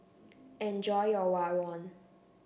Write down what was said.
enjoy your Rawon